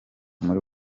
muri